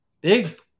Big